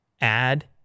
Add